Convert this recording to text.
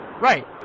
Right